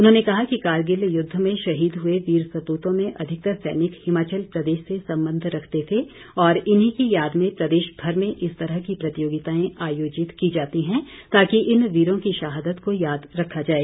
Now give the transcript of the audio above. उन्होंने कहा कि करगिल युद्ध में शहीद हुए वीर सपूतों में अधिकतर सैनिक हिमाचल प्रदेश से संबंध रखते थे और इन्हीं की याद में प्रदेशभर में इस तरह की प्रतियोगिताएं आयोजित की जाती है ताकि इन वीरों की शहादत को याद रखा जाए